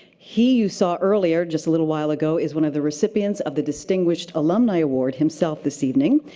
he, you saw earlier, just a little while ago, is one of the recipients of the distinguished alumni award himself this evening.